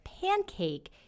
pancake